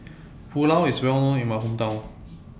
Pulao IS Well known in My Hometown